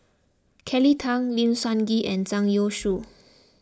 Kelly Tang Lim Sun Gee and Zhang Youshuo